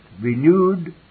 renewed